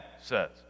says